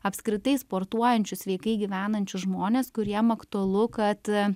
apskritai sportuojančius sveikai gyvenančius žmones kuriem aktualu kad